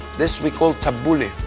this we call tabbouleh.